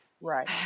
Right